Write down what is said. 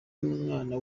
mwana